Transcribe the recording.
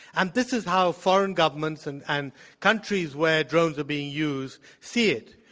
and this is how foreign governments and and countries where drones are being used see it.